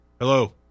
Hello